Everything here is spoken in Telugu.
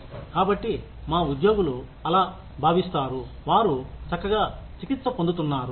కాబట్టి మా ఉద్యోగులు అలా భావిస్తారు వారు చక్కగా చికిత్స పొందుతున్నారు